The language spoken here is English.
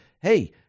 hey